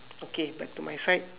okay back to my side